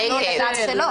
האפוטרופסות.